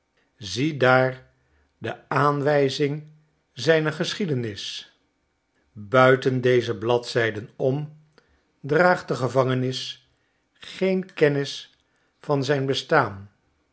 ziedaar de aanwijzing zijner geschiedenis buiten deze bladzijden om draagt de gevangenis geen kennis van zijn bestaan